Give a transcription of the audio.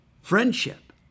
friendship